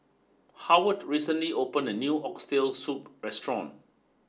Howard recently opened a new Oxtail Soup restaurant